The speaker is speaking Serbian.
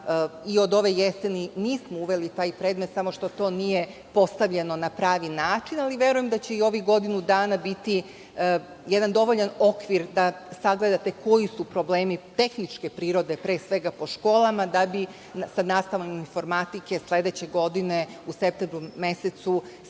i od ove jeseni nismo uveli taj predmet, samo što to nije postavljeno na pravi način, ali verujem da će i ovih godinu dana biti jedan dovoljan okvir da sagledate koji su problemi tehničke prirode pre svega po školama, da bi sa nastavom informatike sledeće godine u septembru mesecu